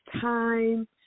time